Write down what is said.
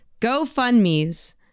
GoFundMes